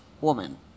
woman